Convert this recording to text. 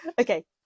Okay